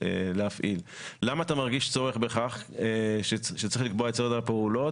להפעיל: למה אתה מרגיש צורך בכך שייקבע סדר פעולות?